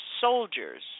soldiers